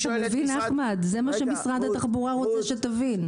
אתה מבין, אחמד, זה מה שמשרד התחבורה רוצה שתבין.